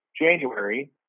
January